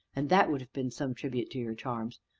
and that would have been some tribute to your charms,